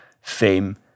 fame